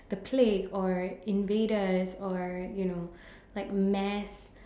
the plague or invaders or you know like mass